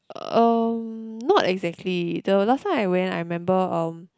um not exactly the last time I went I remember um